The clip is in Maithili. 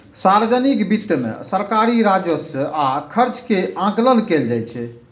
सार्वजनिक वित्त मे सरकारी राजस्व आ खर्च के आकलन कैल जाइ छै